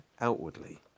outwardly